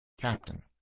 Captain